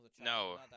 No